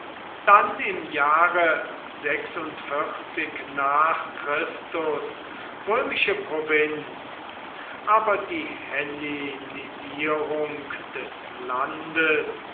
dann im jahre nach chr römische provinz aber die hellenisierung des landes